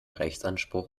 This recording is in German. rechtsanspruch